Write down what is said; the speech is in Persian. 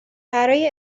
برای